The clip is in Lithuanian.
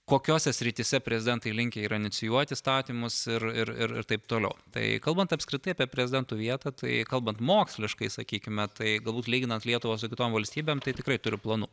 kokiose srityse prezidentai linkę yra inicijuoti įstatymus ir ir ir taip toliau tai kalbant apskritai apie prezidento vietą tai kalbant moksliškai sakykime tai galbūt lyginant lietuvą su kitom valstybėm tai tikrai turiu planų